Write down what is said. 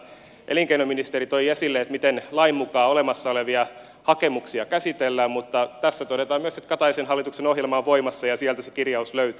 elinkeinoministeri toi esille miten lain mukaan olemassa olevia hakemuksia käsitellään mutta tässä todetaan myös että kataisen hallituksen ohjelma on voimassa sieltä se kirjaus löytyy